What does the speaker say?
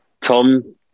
Tom